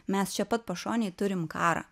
mes čia pat pašonėj turim karą